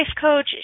coach